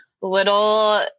little